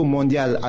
Mondial